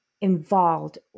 involved